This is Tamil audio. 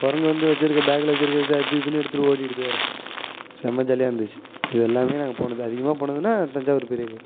குரங்கு வந்து வச்சிருக்க பேக்ல வச்சிருக்கறத அது இதுன்னு எடுத்துட்டு ஓடிடுது வேற செம்ம ஜாலியாக இருந்துச்சு இது எல்லாமே நாங்கள் போனது அதிகமாக போனதுனால் தஞ்சாவூர் பெரிய கோயில்